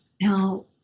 Now